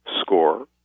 score